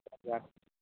ᱡᱚᱸᱦᱟᱨ